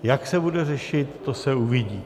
Jak se to bude řešit, to se uvidí.